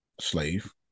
Slave